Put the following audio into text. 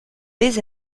des